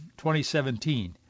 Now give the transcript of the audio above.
2017